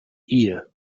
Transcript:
ear